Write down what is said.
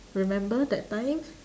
remember that time